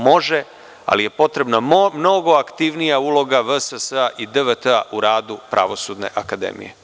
Može, ali je potrebna mnogo aktivnija uloga VSS i DVT u radu pravosudne akademije.